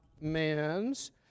man's